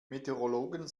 meteorologen